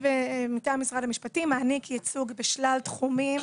הסיוע המשפטי מטעם משרד המשפטים מעניק ייצוג בשלל תחומים.